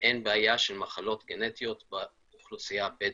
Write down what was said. אין בעיה של מחלות גנטיות באוכלוסייה הבדואית.